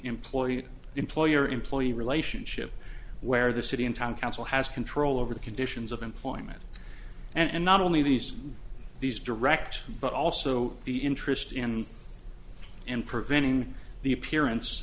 employee employer employee relationship where the city in town council has control over the conditions of employment and not only these these direct but also the interest in and preventing the appearance